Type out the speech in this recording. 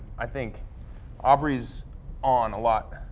i think aubrey's on a lot,